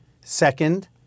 Second